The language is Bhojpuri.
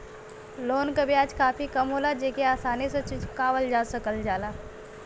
लोन क ब्याज काफी कम होला जेके आसानी से चुकावल जा सकल जाला